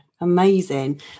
amazing